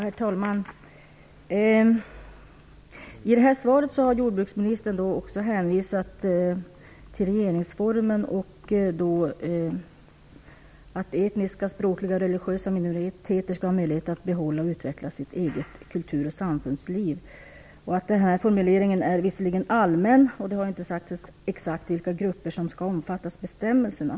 Herr talman! I svaret hänvisade jordbruksministern också till regeringsformen, där det står att etniska, språkliga och religiösa minioriteter skall ha möjlighet att behålla och utveckla sitt eget kultur och samfundsliv. Denna formulering är allmän, och det har inte sagts exakt vilka grupper som skall omfattas av bestämmelserna.